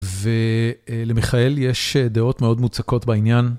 ולמיכאל יש דעות מאוד מוצקות בעניין.